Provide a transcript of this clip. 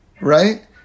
right